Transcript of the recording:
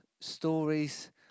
stories